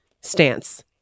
stance